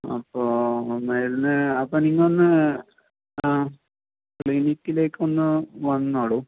അപ്പോൾ മരുന്ന് അപ്പോൾ നിങ്ങൾ ഒന്ന് ആ ക്ലീനിക്കിലേക്ക് ഒന്ന് വന്നോളൂ